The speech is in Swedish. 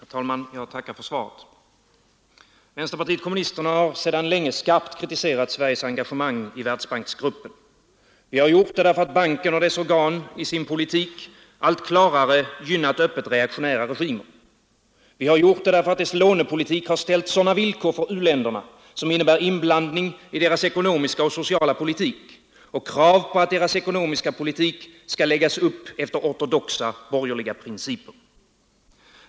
Herr talman! Jag tackar för svaret. Vänsterpartiet kommunisterna har sedan länge skarpt kritiserat Sveriges engagemang i Världsbanksgruppen. Vi har gjort det därför att banken och dess organ i sin politik allt klarare har gynnat öppet reaktionära regimer. Vi har gjort det därför att dess lånepolitik har ställt sådana villkor för u-länderna som innebär inblandning i deras ekonomiska och sociala politik samt krav på att deras ekonomiska politik skall läggas upp efter ortodoxa, borgerliga principer.